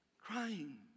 crying